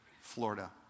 Florida